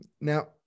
Now